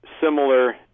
similar